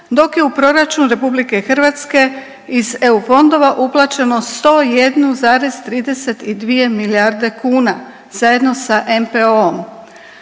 dok je u proračun RH iz EU fondova uplaćeno 101,32 milijarde kuna, zajedno sa NPOO-om.